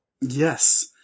Yes